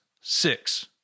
six